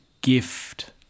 gift